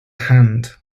hand